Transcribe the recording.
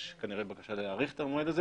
יש כנראה בקשה להאריך את המועד הזה